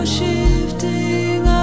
Shifting